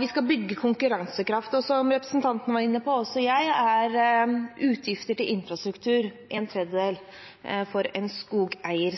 Vi skal bygge konkurransekraft. Som representanten var inne på – og også jeg – utgjør utgifter til infrastruktur ca. en tredjedel for en skogeier.